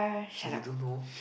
you don't know